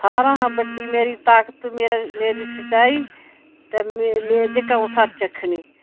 सारा हां बड्डी मेरी ताकत मेरी मेरी सच्चाई ते मी मी जेह्का आ'ऊं सच्च आखनी